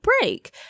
break